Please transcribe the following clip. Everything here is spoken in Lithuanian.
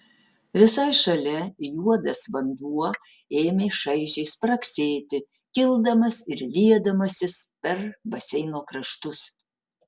visai šalia juodas vanduo ėmė šaižiai spragsėti kildamas ir liedamasis per baseino kraštus